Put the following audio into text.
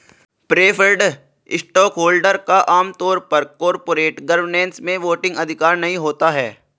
preferred stockholder का आम तौर पर कॉरपोरेट गवर्नेंस में वोटिंग अधिकार नहीं होता है